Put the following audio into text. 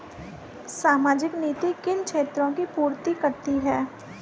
सामाजिक नीति किन क्षेत्रों की पूर्ति करती है?